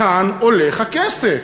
לכאן הולך הכסף,